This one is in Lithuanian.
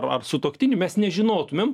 ar sutuoktinį mes nežinotumėm